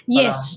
yes